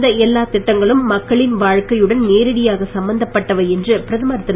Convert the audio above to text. இந்த எல்லா திட்டங்களும் மக்களின் வாழ்க்கையுடன் நேரடியாக சம்பந்தப்பட்டவை என்று பிரதமர் திரு